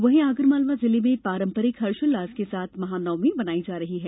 वहीं आगर मालवा जिले में पारंपरिक हर्षोल्लास के साथ महानवमी मनाई जा रही है